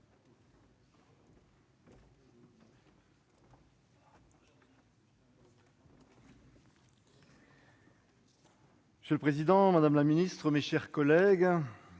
Monsieur le président, madame la ministre, mes chers collègues,